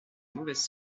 mauvaise